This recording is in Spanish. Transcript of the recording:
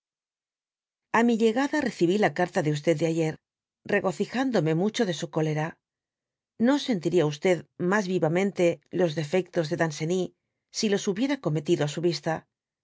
a mi llegada recibí la carta de de ayer regocijándome mucho de su cólera no sentiría g mas vivamente los defectos de danceny si los hubiera cometido á su vista